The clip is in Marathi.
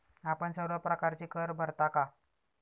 आपण सर्व प्रकारचे कर भरता का?